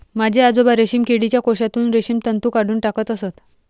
माझे आजोबा रेशीम किडीच्या कोशातून रेशीम तंतू काढून टाकत असत